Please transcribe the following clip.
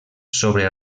sobre